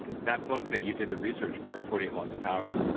that book that you did the research for, forty eight laws of power,